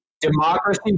Democracy